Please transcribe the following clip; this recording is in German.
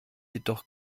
jedoch